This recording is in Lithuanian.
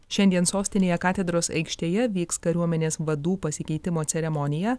šiandien sostinėje katedros aikštėje vyks kariuomenės vadų pasikeitimo ceremonija